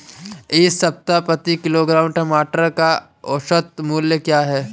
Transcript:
इस सप्ताह प्रति किलोग्राम टमाटर का औसत मूल्य क्या है?